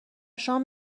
شام